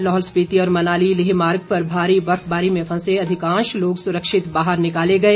लाहौल स्पीति और मनाली लेह मार्ग पर भारी बर्फबारी में फंसे अधिकांश लोग सुरक्षित बाहर निकाले गए